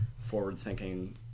forward-thinking